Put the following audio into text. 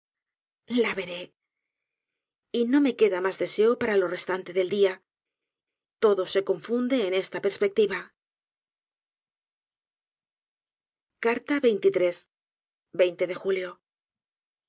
la veré y no me queda mas deseo paralo restante del dia todo se confunde en esta perspectiva de julio